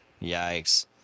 Yikes